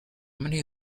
many